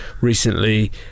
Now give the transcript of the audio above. recently